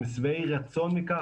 הם שבעי רצון ממנה,